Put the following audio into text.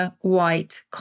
white